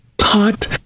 hot